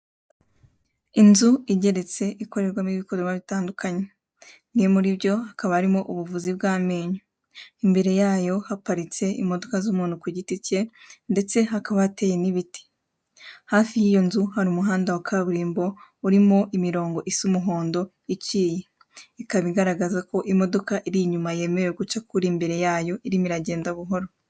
Inzu igeretse ikorerwamo ibikorwa bitandukanye; bimwe muri byo bikabahakaba harimo ubuvuzi bw'amenyo. Imbere yayo haparitse imodoka z'umuntu kugiti cye, ndetse hateye n'ibiti. Hafi y'iyo nzu hari umuhanda wa kaburimbo irimo imirongo isa umuhondo icuye; ikaba igaragaza ko imodoka iri inyuma yemerewe guca ku iri mbere yayo irimo iragenda buhoro.